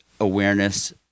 awareness